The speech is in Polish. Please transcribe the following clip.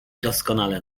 doskonale